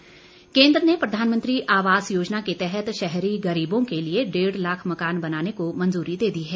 आवास योजना केंद्र ने प्रधानमंत्री आवास योजना के तहत शहरी गरीबों के लिए डेढ़ लाख मकान बनाने को मंजूरी दे दी है